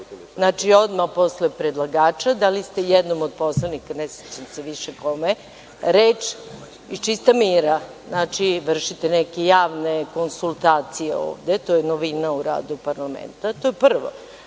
Znači, odmah posle predlagača dali ste jednom od poslanika, ne sećam se više kome, reč iz čista mira. Znači, vršite neke javne konsultacije ovde. To je novina u radu parlamenta. To je ono